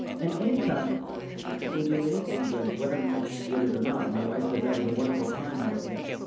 and anytime we do anything good, whether i did it or not, my wife says, that was a wonderful time. i go, yep.